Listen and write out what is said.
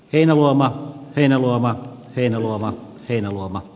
heinäluoma heinäluoma heinäluoma heinäluoma